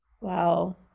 Wow